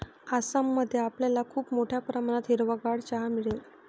आसाम मध्ये आपल्याला खूप मोठ्या प्रमाणात हिरवागार चहा मिळेल